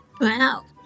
Wow